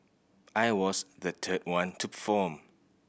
I was the third one to perform